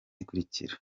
ikurikira